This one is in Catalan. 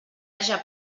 haja